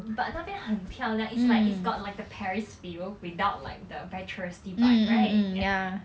but 那边很漂亮 it's like it's got like the paris feel without like the very touristy vibe right ya ya